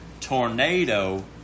tornado